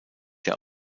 der